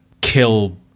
kill